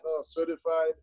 certified